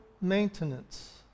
maintenance